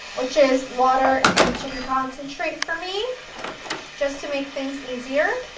which is water and chicken concentrate for me just to make things easier.